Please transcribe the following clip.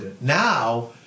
Now